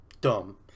dumb